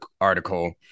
article